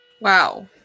Wow